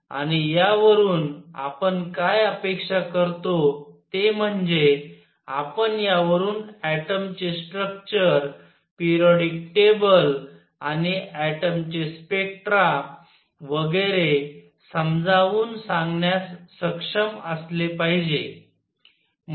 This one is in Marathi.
आणि यावरून आपण काय अपेक्षा करतो ते म्हणजे आपण यावरून ऍटमचे स्ट्रक्चर पेरियॉडिक टेबल आणि ऍटमचे स्पेक्ट्रा वगैरे समजावून सांगण्यास सक्षम असले पाहिजे